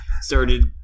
started